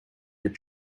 that